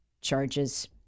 charges